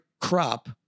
crop